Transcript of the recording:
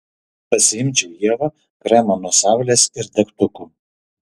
pasiimčiau ievą kremo nuo saulės ir degtukų